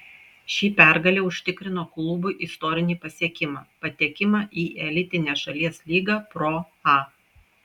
ši pergalė užtikrino klubui istorinį pasiekimą patekimą į elitinę šalies lygą pro a